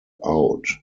out